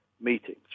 meetings